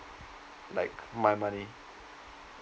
like my money